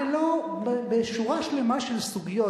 בשורה שלמה של סוגיות,